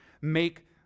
make